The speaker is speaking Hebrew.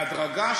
בהדרגה,